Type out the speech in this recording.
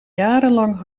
jarenlang